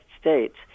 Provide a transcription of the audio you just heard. States